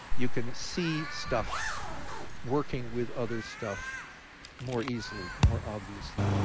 you can see stuff working with other stuff more easily, more obviously.